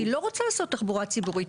והיא לא רוצה לעשות תחבורה ציבורית.